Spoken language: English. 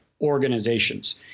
organizations